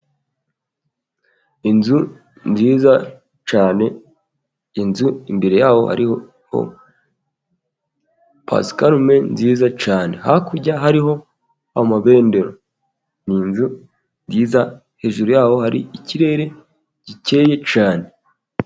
Inzu nziza cyane, inzu imbere yaho hariho pasikarume nziza cyane, hakurya hariho amabendera ni nzu nziza, hejuru yaho hari ikirere gikeye cyane.